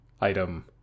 item